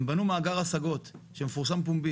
הם בנו מאגר השגות שמפורסם פומבי.